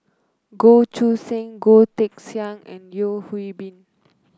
Goh Choo San Goh Teck Sian and Yeo Hwee Bin